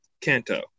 Kanto